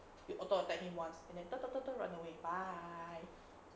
auto attack him once and then run away bye